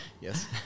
yes